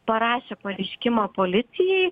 parašė pareiškimą policijai